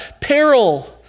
Peril